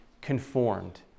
conformed